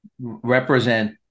represent